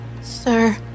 sir